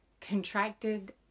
contracted